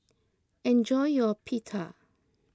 enjoy your Pita